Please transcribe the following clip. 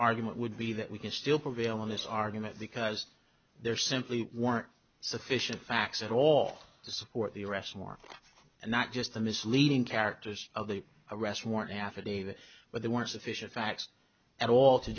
argument would be that we can still prevail in this argument because there simply weren't sufficient facts at all to support the arrest more and not just the misleading characters of the arrest warrant affidavit but there weren't sufficient facts at all to